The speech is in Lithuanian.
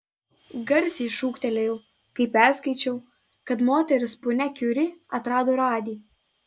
garsiai šūktelėjau kai perskaičiau kad moteris ponia kiuri atrado radį